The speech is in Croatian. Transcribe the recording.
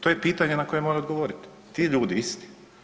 To je pitanje na koje moraju odgovoriti ti ljudi isti.